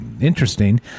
interesting